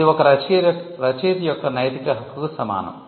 ఇది ఒక రచయిత యొక్క నైతిక హక్కుకు సమానం